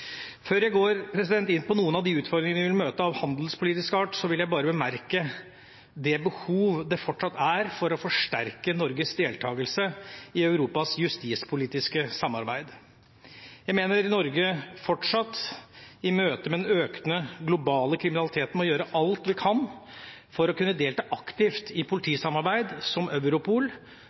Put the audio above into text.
Før jeg går inn på noen av de utfordringene vi vil møte av handelspolitisk art, vil jeg bare bemerke det behov det fortsatt er for å forsterke Norges deltakelse i Europas justispolitiske samarbeid. Jeg mener Norge i møte med den økende, globale kriminaliteten fortsatt må gjøre alt vi kan for å kunne delta aktivt i politisamarbeid, som Europol,